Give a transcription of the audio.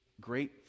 great